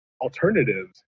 alternatives